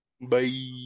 Bye